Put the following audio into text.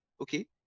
okay